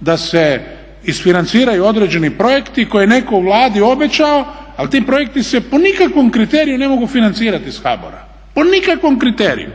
da se isfinanciraju određeni projekti koje je netko u Vladi obećao ali ti projekti se po nikakvom kriteriju ne mogu financirati iz HBOR-a, po nikakvom kriteriju,